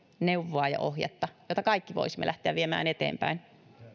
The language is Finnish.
neuvoa ja ohjetta joita kaikki voisimme lähteä viemään eteenpäin